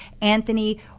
Anthony